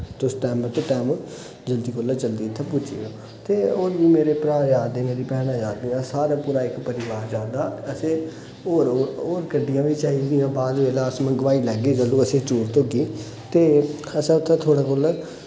तुस टाइम तो टाइम जल्दी कोला जल्दी इत्थै पुज्जी जाओ ते होर मेरे भ्राऽ जा दे मेरियां भैनां जा दियां सारे पूरा इक परिवार जा दा असें होर होर गड्डियां बी चाहिदियां बाद बैल्ले अस मंगोआई लैगे जदूं असें जरूरत होगी ते असें उत्थै थुआढ़े कोला